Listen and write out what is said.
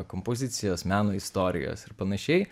kompozicijos meno istorijos ir panašiai